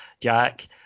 jack